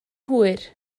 hwyr